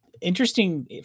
interesting